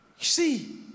see